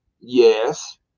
yes